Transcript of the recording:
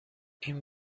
این